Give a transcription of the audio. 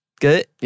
good